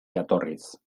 jatorriz